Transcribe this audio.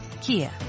Kia